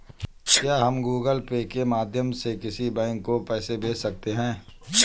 क्या हम Google Pay के माध्यम से किसी बैंक को पैसे भेज सकते हैं?